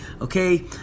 Okay